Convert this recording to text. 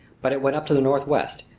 but it went up to the northwest,